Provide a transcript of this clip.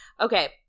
Okay